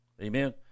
Amen